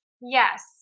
Yes